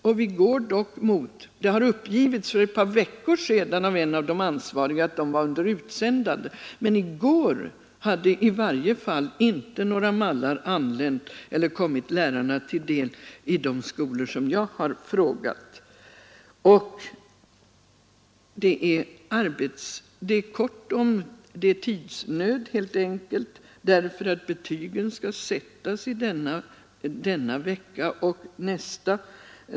För ett par veckor sedan har det uppgivits av en av de ansvariga att de var under utsändande, men i går hade i varje fall inte några mallar kommit lärarna till handa vid de skolor där jag har frågat. Nu är det helt enkelt tidsnöd, eftersom betygen skall sättas i denna vecka och nästa.